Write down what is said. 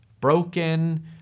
broken